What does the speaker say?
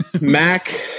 Mac